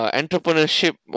entrepreneurship